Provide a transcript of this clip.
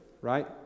right